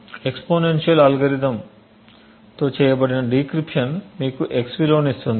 exponential అల్గోరిథంతో చేయబడిన decryption మీకు x విలువను ఇస్తుంది